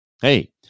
hey